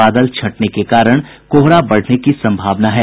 बादल छंटने के कारण कोहरा बढ़ने की सम्भावना है